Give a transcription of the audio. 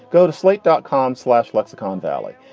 go to slate dot com. slash lexicon valley.